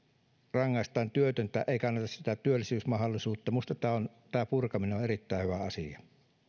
rangaistaan työtöntä eikä anneta sitä työllistymismahdollisuutta joten minusta tämänkin purkaminen on erittäin hyvä asia